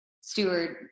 steward